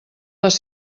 les